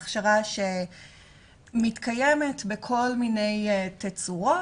הכשרה שמתקיימת בכל מיני תצורות,